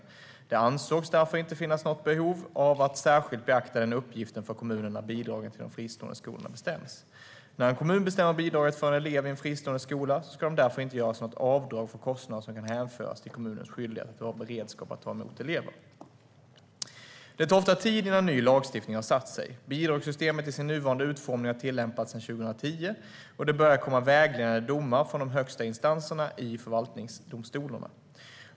Det ansågs därför inte finnas behov av att särskilt beakta den uppgiften för kommunen när bidragen till de fristående skolorna bestäms. När en kommun bestämmer bidraget för en elev i en fristående skola ska det därför inte göras något avdrag för kostnader som kan hänföras till kommunens skyldighet att ha beredskap att ta emot elever. Det tar ofta tid innan ny lagstiftning har satt sig. Bidragssystemet i sin nuvarande utformning har tillämpats sedan 2010, och det börjar komma vägledande domar från de högre instanserna i förvaltningsdomstolarna.